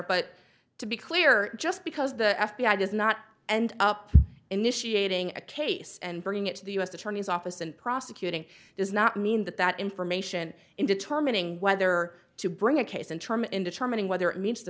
but to be clear just because the f b i does not end up initiating a case and bring it to the u s attorney's office and prosecuting does not mean that that information in determining whether to bring a case in term in determining whether it means the